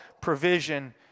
provision